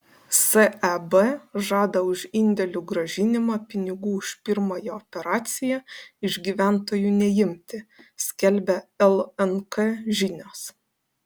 seb žada už indėlių grąžinimą pinigų už pirmąją operaciją iš gyventojų neimti skelbia lnk žinios